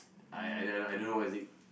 I I don't know I don't know what is it